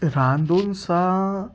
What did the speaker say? रांदुनि सां